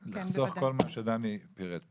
לחסוך את כל מה שדני פירט פה.